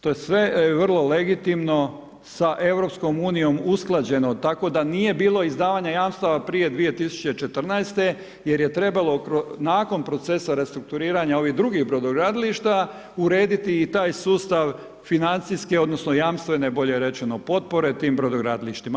To je sve vrlo legitimno sa EU, usklađeno, tako da nije bilo izdavanje jamstava prije 2014. jer je trebalo nakon procesa restrukturiranja ovih drugih brodogradilišta, urediti i taj sustav financijske, odnosno, jamstveno, bolje rečeno potpore tim brodogradilištima.